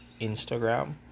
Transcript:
instagram